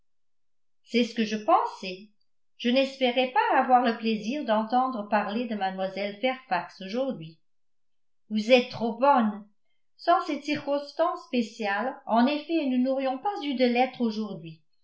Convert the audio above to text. c'est ce que je pensais je n'espérais pas avoir le plaisir d'entendre parler de mlle fairfax aujourd'hui vous êtes trop bonne sans cette circonstance spéciale en effet nous n'aurions pas eu de lettre aujourd'hui